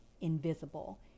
invisible